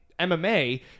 MMA